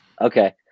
Okay